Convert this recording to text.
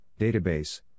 database